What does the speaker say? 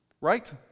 right